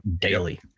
daily